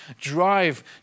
drive